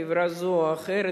חברה זו או אחרת,